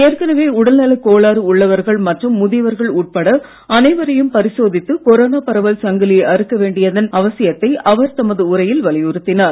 ஏற்கனவே உடல் நலக் கோளாறு உள்ளவர்கள் மற்றும் முதியவர்கள் உட்பட அனைவரையும் பரிசோதித்து கொரோனா பரவல் சங்கிலியை அறுக்க வேண்டியதன் அவசியத்தை அவர் தமது உரையில் வலியுறுத்தினார்